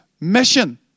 mission